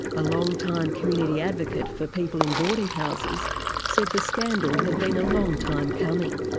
a long-time community advocate for people in boarding houses said the scandal had been a long time coming.